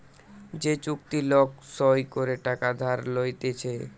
যে চুক্তি লোক সই করে টাকা ধার লইতেছে